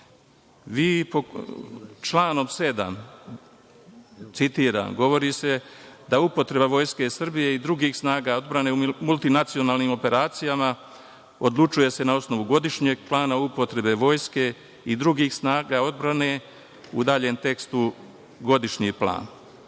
Vladi. Članom 7. citiram, govori se da upotreba Vojske Srbije i drugih snaga odbrane u multinacionalnim operacijama, odlučuje se na osnovu godišnjeg plana upotrebe Vojske i drugih snaga odbrane, u daljem tekstu – godišnji